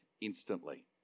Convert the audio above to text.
instantly